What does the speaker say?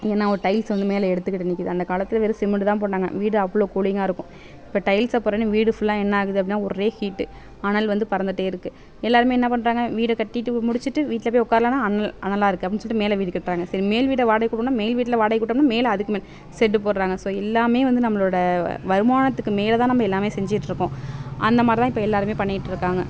என்ன ஒரு டைல்சு வந்து மேலே எடுத்துகிட்டு நிற்குது அந்த காலத்தில் வெறும் சிமிண்டு தான் போட்டாங்க வீடு அவ்வளோ கூலிங்காக இருக்கும் இப்போ டைல்சை போடுறேன்னு வீடு ஃபுல்லாக என்ன ஆகுது அப்படினா ஒரே ஹீட்டு அனல் வந்து பறந்துகிட்டே இருக்குது எல்லாேருமே என்ன பண்ணுறாங்க வீடு கட்டிட்டு முடிச்சுட்டு வீட்டில் போய் உட்காரலானால் அனல் அனலாக இருக்குது அப்படினு சொல்லிவிட்டு மேலே வீடு கட்டுறாங்க சரி மேல் வீடை வாடகைக்கு விடுவோனா மேல் வீட்டில் வாடகைக்கு விட்டோம்னா மேலே அதுக்கு மேலே செட்டு போடுறாங்க ஸோ எல்லாமே வந்து நம்மளோட வருமானத்துக்கு மேலேதான் நம்ம எல்லாமே செஞ்சுட்ருக்கோம் அந்த மாதிரிதான் இப்போ எல்லாேருமே பண்ணிகிட்டிருக்காங்க